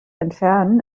entfernen